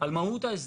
על מהות ההסדר.